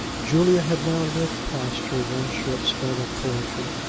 julia had now lived past her one short spell of poetry,